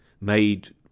made